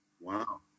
Wow